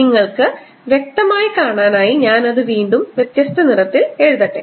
നിങ്ങൾക്ക് വ്യക്തമായി കാണാനായി ഞാൻ അത് വീണ്ടും വ്യത്യസ്ത നിറത്തിൽ എഴുതട്ടെ